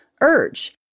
urge